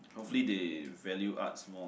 hopefully they value arts more